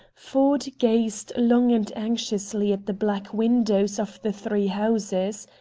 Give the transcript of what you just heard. ford gazed long and anxiously at the blank windows of the three houses.